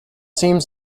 seems